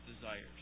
desires